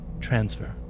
transfer